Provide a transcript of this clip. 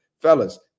fellas